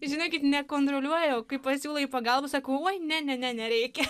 žinokit nekontroliuoja o kai pasiūlai pagalbą sako oi ne ne ne nereikia